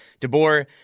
DeBoer